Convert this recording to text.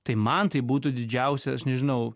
tai man tai būtų didžiausia aš nežinau